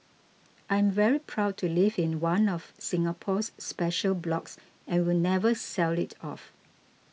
I'm very proud to live in one of Singapore's special blocks and will never sell it off